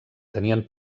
tenien